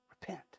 Repent